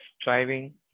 striving